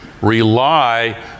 rely